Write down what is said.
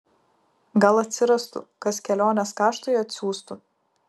gal atsirastų kas kelionės kaštui atsiųstų